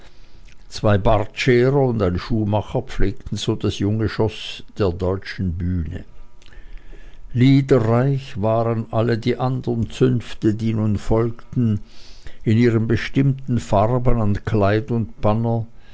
zwei bartscherer und ein schuhmacher pflegten so das junge schoß der deutschen bühne liederreich waren alle die anderen zünfte die nun folgten in ihren bestimmten farben an kleid und banner